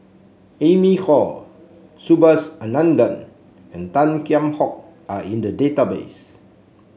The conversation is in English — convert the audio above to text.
Amy Khor Subhas Anandan and Tan Kheam Hock are in the database